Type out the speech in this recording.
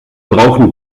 brauchen